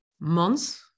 months